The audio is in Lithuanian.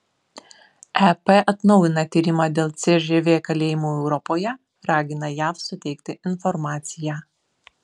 ep atnaujina tyrimą dėl cžv kalėjimų europoje ragina jav suteikti informaciją